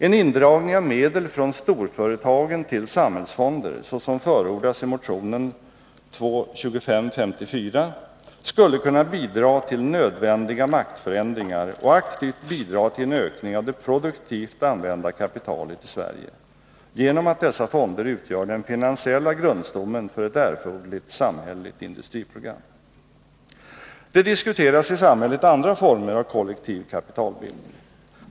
En indragning av medel från storföretagen till samhällsfonder, såsom förordas i motion 2554, skulle kunna bidra till nödvändiga maktförändringar och aktivt medverka till en ökning av det produktivt använda kapitalet i Sverige genom att dessa fonder utgör den finansiella grundstommen för ett erforderligt samhälleligt industriprogram. Det diskuteras i samhället andra former av kollektiv kapitalbildning.